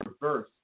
reverse